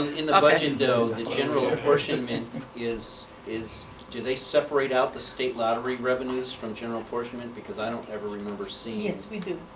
in the budget, though, the general apportionment is is do they separate out the state lottery revenues from general apportionment because i don't ever remember seeing. yes, we do.